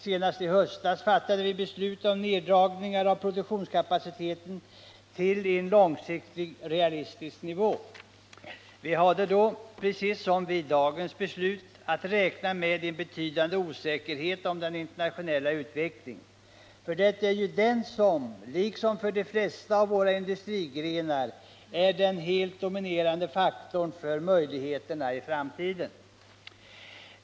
Senast i höstas fattade vi beslut om neddragningar av produktionskapaciteten till en långsiktigt realistisk nivå. Vi hade då, precis som vid dagens beslut, att räkna med en betydande osäkerhet om den internationella utvecklingen. För det är ju den som, liksom för de flesta av våra industrigrenar, är den helt dominerande faktorn för möjligheterna i framtiden.